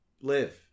live